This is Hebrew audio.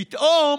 פתאום